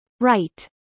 Right